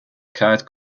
carte